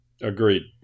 Agreed